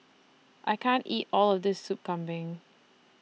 I can't eat All of This Sup Kambing